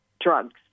drugs